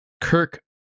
Kirk